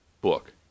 book